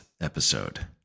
episode